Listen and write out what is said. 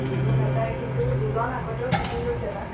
room এটাই কিন্তু দুজন আগতেও থাকি গৈছে তাত